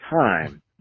time